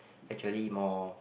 actually more